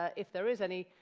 ah if there is any,